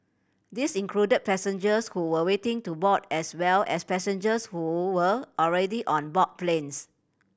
these included passengers who were waiting to board as well as passengers who were already on board planes